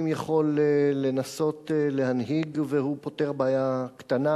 יכול לנסות להנהיג והוא פותר בעיה קטנה,